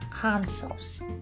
consoles